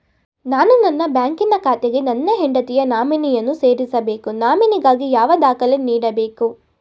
ನಾನು ನನ್ನ ಬ್ಯಾಂಕಿನ ಖಾತೆಗೆ ನನ್ನ ಹೆಂಡತಿಯ ನಾಮಿನಿಯನ್ನು ಸೇರಿಸಬೇಕು ನಾಮಿನಿಗಾಗಿ ಯಾವ ದಾಖಲೆ ನೀಡಬೇಕು?